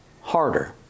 harder